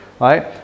right